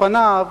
שלפניו,